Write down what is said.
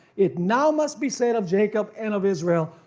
it now must be said of jacob and of israel,